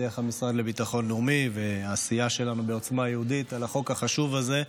דרך המשרד לביטחון לאומי והעשייה שלנו בעוצמה יהודית על החוק החשוב הזה.